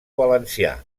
valencià